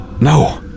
No